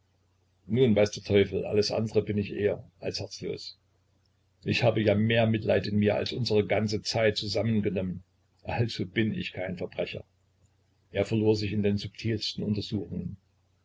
nun weiß der teufel alles andere bin ich eher als herzlos ich habe ja mehr mitleid in mir als unsere ganze zeit zusammengenommen also bin ich kein verbrecher er verlor sich in die subtilsten untersuchungen